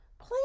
please